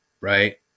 right